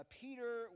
Peter